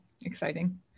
Exciting